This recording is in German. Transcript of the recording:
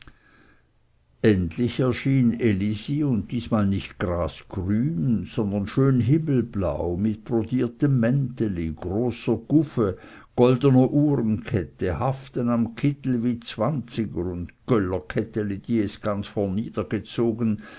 endlich erschien elisi und diesmal nicht grasgrün sondern schön himmelblau mit brodiertem mänteli großer gufe goldener uhrenkette haften am kittel wie zwanziger und göllerketteli die es ganz